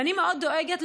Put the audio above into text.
ואני מאוד דואגת,